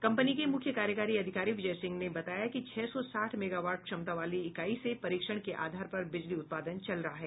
company के मुख्य कार्यकारी अधिकारी विजय सिंह ने बताया कि छह सौ साठ मेगावाट क्षमता वाली इकाई से परीक्षण के आधार पर बिजली उत्पादन चल रहा है